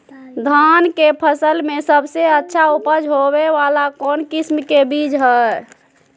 धान के फसल में सबसे अच्छा उपज होबे वाला कौन किस्म के बीज हय?